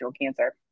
cancer